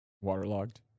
Waterlogged